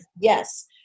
Yes